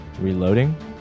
reloading